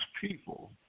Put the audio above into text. people